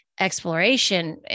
Exploration